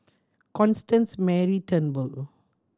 Constance Mary Turnbull